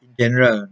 in general ah